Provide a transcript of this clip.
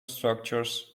structures